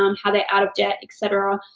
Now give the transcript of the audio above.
um how they're out of debt, et cetera,